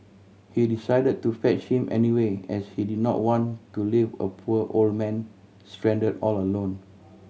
he decided to fetch him anyway as he did not want to leave a poor old man stranded all alone